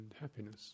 happiness